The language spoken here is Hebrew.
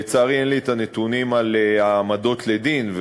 לצערי, אין לי הנתונים על ההעמדות לדין,